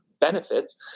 benefits